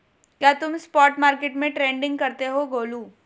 क्या तुम spot market में ट्रेडिंग करते हो गोलू?